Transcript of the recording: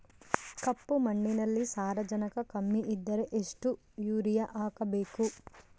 ಕಪ್ಪು ಮಣ್ಣಿನಲ್ಲಿ ಸಾರಜನಕ ಕಮ್ಮಿ ಇದ್ದರೆ ಎಷ್ಟು ಯೂರಿಯಾ ಹಾಕಬೇಕು?